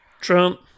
Trump